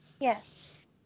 Yes